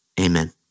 Amen